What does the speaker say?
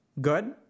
good